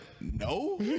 no